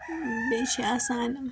بیٚیہِ چھِ آسان